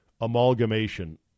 amalgamation